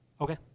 Okay